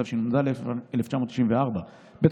תשנ"ד 1994. ב.